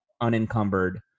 unencumbered